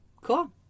Cool